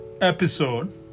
episode